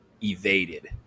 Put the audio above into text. evaded